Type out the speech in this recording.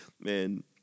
man